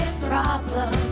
problem